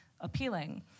appealing